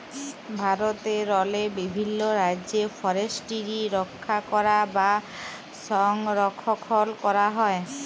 ভারতেরলে বিভিল্ল রাজ্যে ফরেসটিরি রখ্যা ক্যরা বা সংরখ্খল ক্যরা হয়